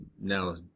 now